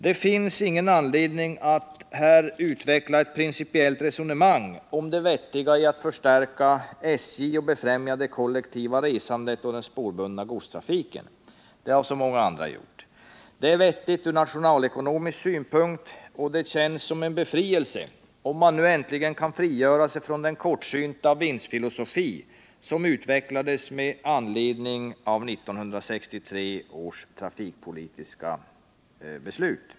Det finns ingen anledning att här utveckla ett principiellt resonemang om det vettiga i att förstärka SJ och befrämja det kollektiva resandet och den spårbundna godstrafiken — det har så många andra gjort. Det är vettigt från nationalekonomisk synpunkt, och det känns som en befrielse, om man nu äntligen kan frigöra sig från den kortsynta vinstfilosofi som utvecklades med anledning av 1963 års trafikpolitiska beslut.